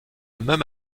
même